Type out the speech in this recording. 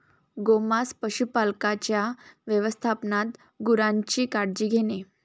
गोमांस पशुपालकांच्या व्यवस्थापनात गुरांची काळजी घेणे